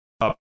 up